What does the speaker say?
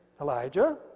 Elijah